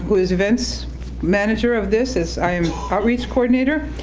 who's events manager of this, as i am outreach coordinator.